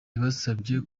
yabasabye